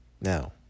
now